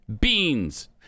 Beans